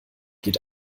geht